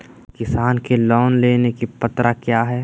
किसान को लोन लेने की पत्रा क्या है?